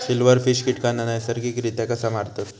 Silverfish कीटकांना नैसर्गिकरित्या कसा मारतत?